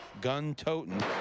gun-toting